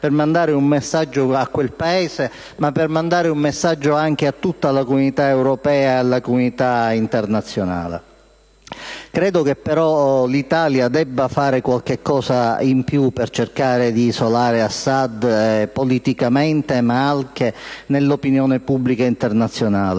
per mandare un messaggio a quel Paese, ma per mandarlo anche a tutta la comunità europea e internazionale. L'Italia, però, deve fare qualcosa in più per cercare di isolare Assad politicamente, ma anche nell'opinione pubblica internazionale.